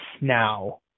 now